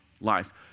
life